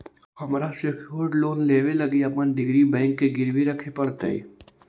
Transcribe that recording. हमरा secured loan लेबे लागी अपन डिग्री बैंक के गिरवी रखे पड़तई